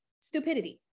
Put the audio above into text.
stupidity